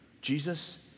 Jesus